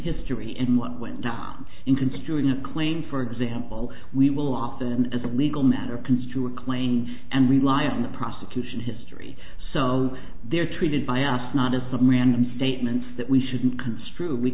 history in what went down in construing a claim for example we will often as a legal matter construe a claim and rely on the prosecution history so they're treated by ass not as some random statements that we shouldn't construe we